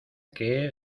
que